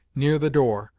near the door,